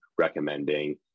recommending